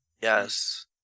Yes